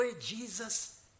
Jesus